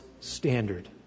standard